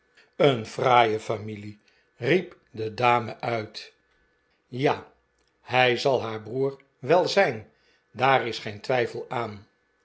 een fraaie familie riep de dame uit ja hij zal haar broer wel zijn daar is geen twijfel aan